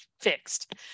fixed